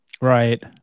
Right